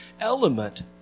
element